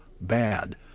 bad